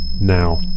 Now